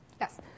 Yes